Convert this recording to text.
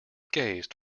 gazed